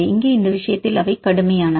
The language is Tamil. இங்கே இந்த விஷயத்தில் அவை கடுமையானவை